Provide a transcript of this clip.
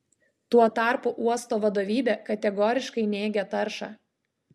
tuo tarpu uosto vadovybė kategoriškai neigia taršą